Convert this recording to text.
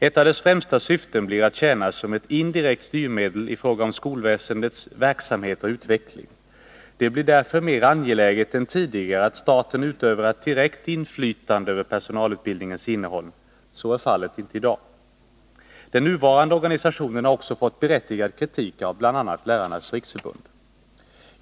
Ett av dess främsta syften blir att tjäna som ett indirekt styrmedel i fråga om skolväsendets verksamhet och utveckling. Det blir därför mer angeläget än tidigare att staten nu utövar ett direkt inflytande över personalutbildningens innehåll. Så är inte fallet i dag. Den nuvarande organisationen har också fått berättigad kritik av bl.a. Lärarnas riksförbund.